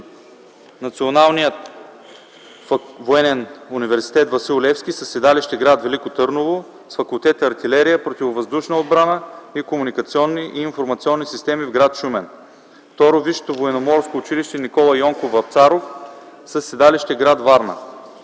Националният военен университет „Васил Левски” със седалище гр. Велико Търново с факултета „Артилерия, противовъздушна отбрана и комуникационни информационни технологии” в гр. Шумен; 2. Висшето военноморско училище „Никола Йонков Вапцаров” със седалище в гр. Варна.